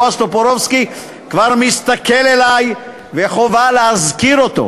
בועז טופורובסקי כבר מסתכל עלי וחובה להזכיר אותו.